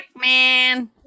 man